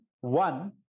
One